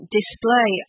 display